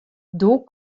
doe